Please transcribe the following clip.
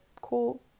cool